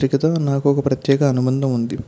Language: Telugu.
పత్రికతో నాకు ఒక ప్రత్యేక అనుబంధం ఉంది